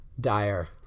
Dire